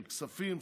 של כספים,